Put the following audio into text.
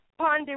Pondy